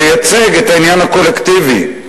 לייצג את העניין הקולקטיבי.